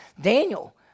Daniel